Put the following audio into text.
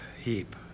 heap